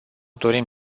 dorim